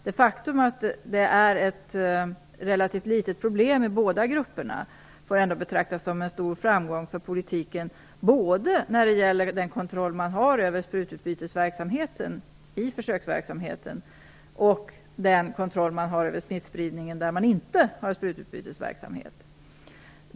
Det faktum att det är ett relativt litet problem i båda grupperna får ändå betraktas som en stor framgång för politiken när det gäller såväl kontrollen av sprututbyten i försöksverksamheten som kontrollen över smittspridningen i den gruppen där man inte bedriver utbytesverksamhet.